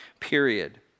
period